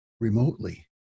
remotely